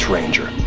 Ranger